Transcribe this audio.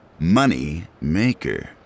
Moneymaker